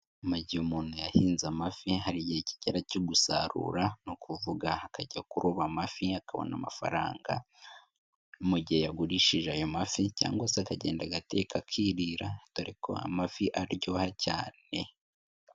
Mu gihe umuntu yahinze amafi hari igihe kigera cyo gusarura ni kuvuga akajya kuroba amafi akabona amafaranga mu gihe yagurishije ayo mafi cyangwa se akagenda agateka akirira dore ko amafi aryoha cyane.